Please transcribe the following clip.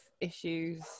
issues